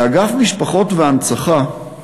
באגף משפחות והנצחה,